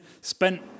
spent